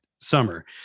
summer